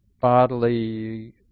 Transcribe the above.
bodily